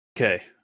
Okay